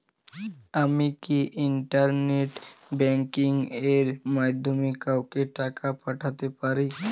আমি কি internet banking এর মাধ্যমে কাওকে টাকা পাঠাতে পারি?